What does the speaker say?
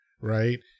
right